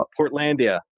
Portlandia